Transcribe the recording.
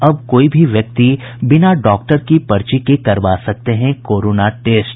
अब कोई भी व्यक्ति बिना डॉक्टर की पर्ची के करवा सकते हैं कोरोना टेस्ट